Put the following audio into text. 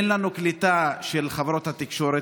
אין לנו קליטה של חברות התקשורת,